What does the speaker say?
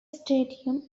stadium